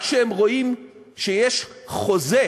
רק כשהם רואים שיש חוזה